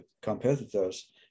competitors